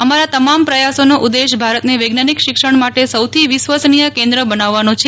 અમારા તમામ પ્રયાસોનો ઉદ્દેશ ભારતને વૈજ્ઞાનિક શિક્ષણ માટે સૌથી વિશ્વસનીય કેન્દ્ર બનાવવાનો છે